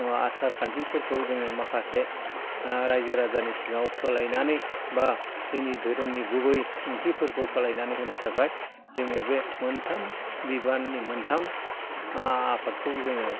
आसारखान्थिफोरखौ जोङो माखासे रायजो राजानि सिगाङाव फोलायनानै बा जोंनि धोरोमनि गुबै ओंथिफोरखौ फोलायनानै होनो थाखाय जोङो बे मोनथाम बिबाननि मोनथाम आफादखौ जोङो